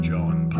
John